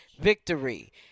Victory